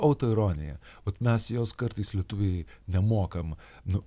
autoironija vat mes jos kartais lietuviai nemokam nu